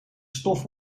stof